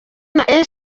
gustave